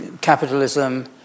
capitalism